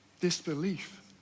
Disbelief